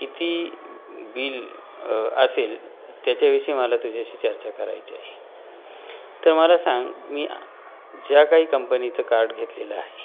किती बिल असेल त्याच्याविषयी मला तुझ्याशी चर्चा करायची आहे तर मला सांग मी ज्या काही कंपनीचं कार्ड घेतलेला आहे